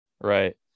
Right